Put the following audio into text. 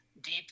deep